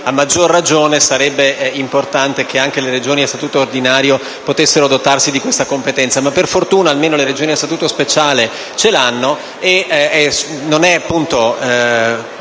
A maggior ragione, quindi, sarebbe importante che anche le Regioni a statuto ordinario potessero dotarsi di questa competenza. Per fortuna, almeno le regioni a Statuto speciale ce l'hanno e non è appunto